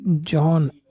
John